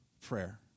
prayer